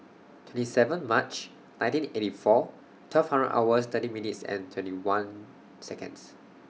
twenty seven March nineteen eighty four twelve hundred hours thirty minutes and twenty one Seconds